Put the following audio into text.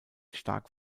stark